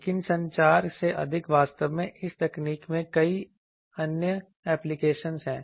लेकिन संचार से अधिक वास्तव में इस तकनीक में कई अन्य एप्लीकेशनस हैं